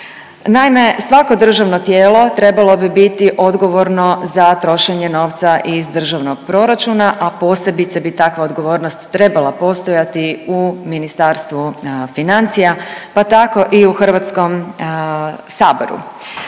Naime, svako državno tijelo trebalo bi biti odgovorno za trošenje novca iz državnog proračuna, a posebice bi takva odgovornost trebala postojati u Ministarstvu financija, pa tako i u Hrvatskom saboru.